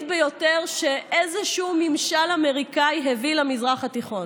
ביותר שאיזשהו ממשל אמריקאי הביא למזרח התיכון.